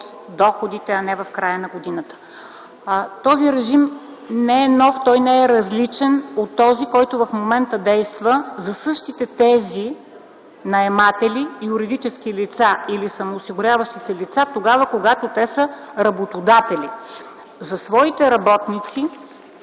доходите, а не в края на годината. Този режим не е нов, не е различен от този, който в момента действа за същите тези наематели и юридически лица или самоосигуряващи се лица, когато са работодатели. За своите работници,